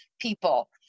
people